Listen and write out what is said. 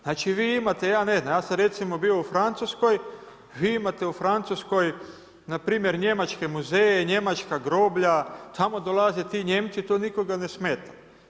Znači vi imate, ja ne znam, ja sam recimo bio u Francuskoj i imate u Francuskoj npr. njemačke muzeje, njemačka groblja, tamo dolaze ti Nijemci, to nikoga ne smeta.